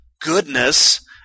goodness